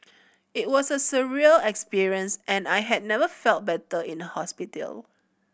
it was a surreal experience and I had never felt better in a hospital